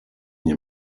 nie